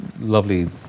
lovely